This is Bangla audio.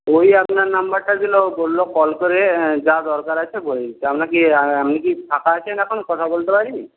ওই আপনার নম্বরটা দিলো বললো কল করে যা দরকার আছে বলতে আপনার কি আপনি কি ফাঁকা আছেন এখন কথা বলতে পারি